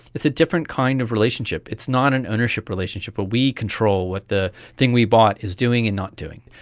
it's a different kind of relationship. it's not an ownership relationship where we control what the thing we bought is doing and not doing.